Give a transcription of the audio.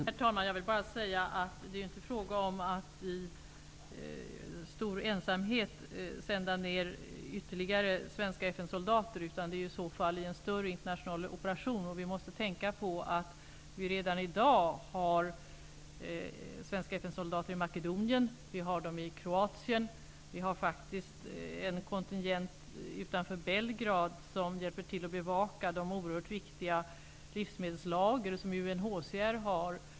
Herr talman! Jag vill bara säga att det ju inte är fråga om att i stor ensamhet sända ned ytterligare svenska FN-soldater, utan detta ingår i så fall i en större internationell operation. Vi måste tänka på att vi redan i dag har svenska FN-soldater i Makedonien och i Kroatien. Vi har faktiskt en kontingent utanför Belgrad, som hjälper till att bevaka de oerhört viktiga livsmedelslager som UNHCR har.